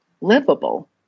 livable